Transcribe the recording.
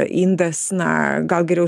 indas na gal geriau